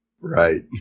Right